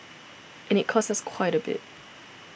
and it costs us quite a bit